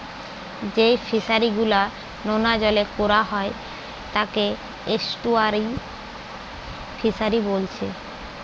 যেই ফিশারি গুলা নোনা জলে কোরা হয় তাকে এস্টুয়ারই ফিসারী বোলছে